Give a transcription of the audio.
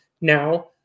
now